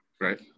Right